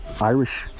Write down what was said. Irish